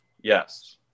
Yes